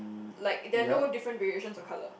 like there are no different variations of colour